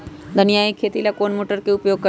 धनिया के खेती ला कौन मोटर उपयोग करी?